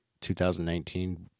2019